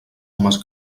homes